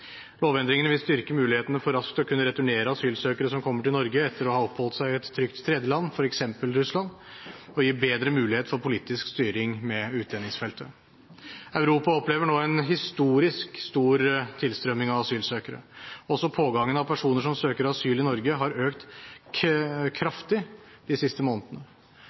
Lovendringene vil styrke mulighetene for raskt å kunne returnere asylsøkere som kommer til Norge etter å ha oppholdt seg i et trygt tredjeland, f.eks. Russland, og gi bedre mulighet for politisk styring med utlendingsfeltet. Europa opplever nå en historisk stor tilstrømning av asylsøkere. Pågangen av personer som søker asyl i Norge, har økt kraftig de siste månedene.